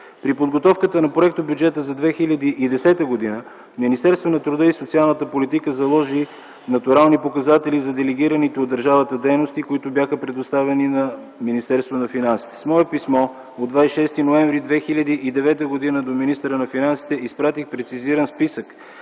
При подготовката на проектобюджета за 2010 г. Министерството на труда и социалната политика заложи натурални показатели за делегираните от държавата дейности, предоставени на Министерството на финансите. С мое писмо от 26 ноември 2009 г. до министъра на финансите изпратих прецизиран списък